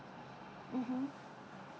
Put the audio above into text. mmhmm